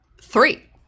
Three